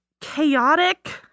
chaotic